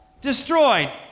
Destroyed